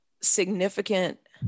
significant